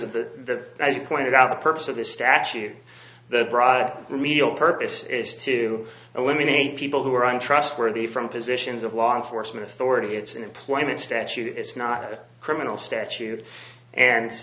of the as you pointed out the purpose of this statute the real purpose is to eliminate people who are untrustworthy from positions of law enforcement authority it's an employment statute it's not a criminal statute and